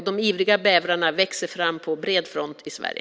De ivriga bävrarna växer fram på bred front i Sverige.